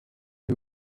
who